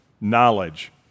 knowledge